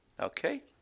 okay